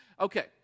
Okay